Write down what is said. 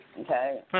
Okay